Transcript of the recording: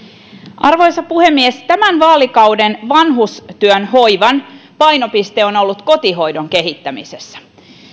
arvoisa puhemies tämän vaalikauden vanhustyön hoivan painopiste on ollut kotihoidon kehittämisessä